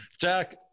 Jack